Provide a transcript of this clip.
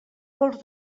pols